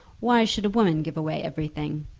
why should a woman give away everything?